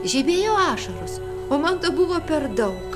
žibėjo ašaros o man to buvo per daug